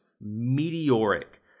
meteoric